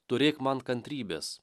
turėk man kantrybės